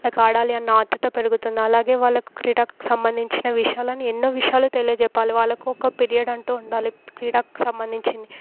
వాళ్ళకు ఆడాలి అన్న ఆతృత పెరుగుతుంది అలాగే వాళ్ళకు క్రీడకు సంబంధించిన విషయాలను ఎన్నో విషయాలు తెలియచేయాలి వాళ్ళకు ఒక పీరియడ్ అంటూ ఉండాలి క్రీడకు సంబంధించింది